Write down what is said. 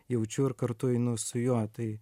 jaučiu ir kartu einu su juo tai